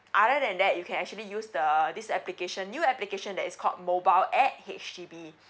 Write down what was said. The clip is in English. other than that you can actually use the this application new application that is called mobile app H_D_B